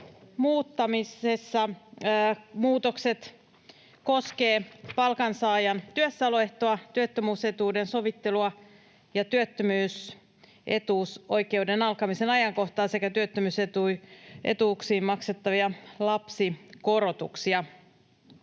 muuttamisessa muutokset koskevat palkansaajan työssäoloehtoa, työttömyysetuuden sovittelua ja työttömyysetuusoikeuden alkamisen ajankohtaa sekä työttömyysetuuksiin maksettavia lapsikorotuksia.